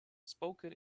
spoken